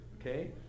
okay